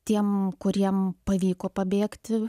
tiem kuriem pavyko pabėgti